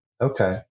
Okay